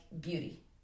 beauty